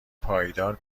پایدار